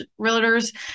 realtors